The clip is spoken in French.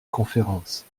conférence